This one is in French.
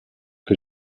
que